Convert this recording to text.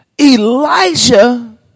Elijah